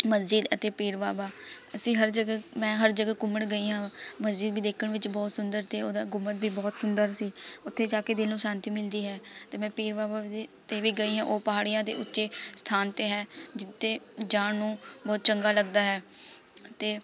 ਮਸਜਿਦ ਅਤੇ ਪੀਰ ਬਾਬਾ ਅਸੀਂ ਹਰ ਜਗ੍ਹਾ ਮੈਂ ਹਰ ਜਗ੍ਹਾ ਘੁੰਮਣ ਗਈ ਹਾਂ ਮਸਜਿਦ ਵੀ ਦੇਖਣ ਵਿੱਚ ਬਹੁਤ ਸੁੰਦਰ ਅਤੇ ਉਹਦਾ ਗੁੰਬਦ ਵੀ ਬਹੁਤ ਸੁੰਦਰ ਸੀ ਉੱਥੇ ਜਾ ਕੇ ਦਿਲ ਨੂੰ ਸ਼ਾਤੀ ਮਿਲਦੀ ਹੈ ਅਤੇ ਮੈਂ ਪੀਰ ਬਾਬਾ ਵੀ ਦੀ 'ਤੇ ਵੀ ਗਈ ਆ ਉਹ ਪਹਾੜੀਆਂ ਦੇ ਉੱਚੇ ਸਥਾਨ 'ਤੇ ਹੈ ਜਿੱਥੇ ਉੱਤੇ ਜਾਣ ਨੂੰ ਬਹੁਤ ਚੰਗਾ ਲੱਗਦਾ ਹੈ ਅਤੇ